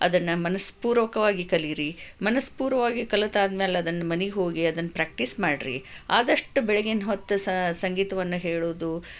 ಅದನ್ನು ಮನಸ್ಪೂರ್ವಕವಾಗಿ ಕಲಿಯಿರಿ ಮನಸ್ಪೂರ್ವವಾಗಿ ಕಲಿತಾದಮೇಲೆ ಅದನ್ನು ಮನೆಗೆ ಹೋಗಿ ಅದನ್ನು ಪ್ರಾಕ್ಟೀಸ್ ಮಾಡಿರಿ ಆದಷ್ಟು ಬೆಳಗಿನ ಹೊತ್ತು ಸಂಗೀತವನ್ನು ಹೇಳೋದು